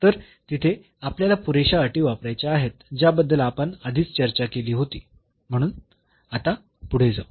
तर तिथे आपल्याला पुरेशा अटी वापरायच्या आहेत ज्याबद्दल आपण आधीच चर्चा केली होती म्हणून आता पुढे जाऊ